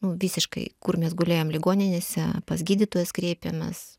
nu visiškai kur mes gulėjom ligoninėse pas gydytojus kreipiamės